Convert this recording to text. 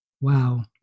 wow